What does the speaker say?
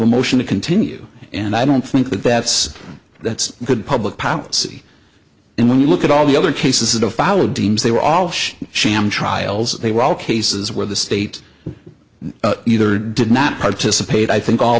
a motion to continue and i don't think that's that's a good public policy and when you look at all the other cases that have followed teams they were all shot sham trials they were all cases where the state either did not participate i think all